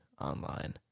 online